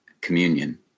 communion